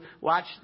watch